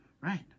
Right